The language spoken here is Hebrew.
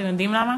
אתם יודעים למה?